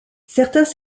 certains